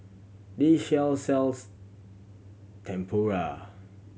this shop sells Tempura